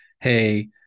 hey